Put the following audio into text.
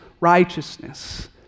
righteousness